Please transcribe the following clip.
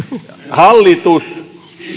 hallitus